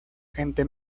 gente